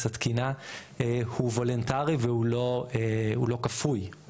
התקינה הוא וולונטרי והוא לא הוא לא כפוי,